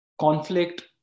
conflict